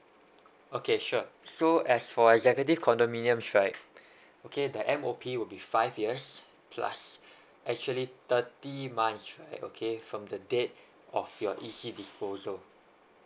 okay sure so as for executive condominium right okay the M_O_P would be five years plus actually thirty months right okay from the date of your E_C disposal